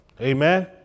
Amen